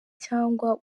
cyangwa